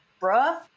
Bruh